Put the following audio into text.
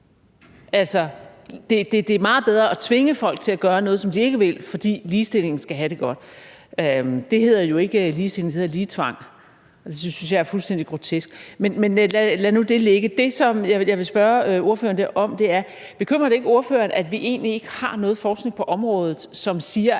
Altså, det er meget bedre at tvinge folk til at gøre noget, de ikke vil, fordi ligestillingen skal have det godt. Det hedder jo ikke ligestilling, det hedder ligetvang. Og det synes jeg er fuldstændig grotesk. Men lad nu det ligge. Det, som jeg vil spørge ordføreren om, er: Bekymrer det ikke ordføreren, at vi egentlig ikke har noget forskning på området, som siger,